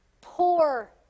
poor